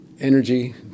energy